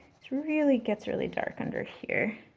really, gets really dark under here.